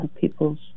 people's